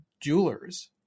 jewelers